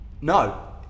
no